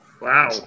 Wow